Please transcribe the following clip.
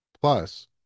Plus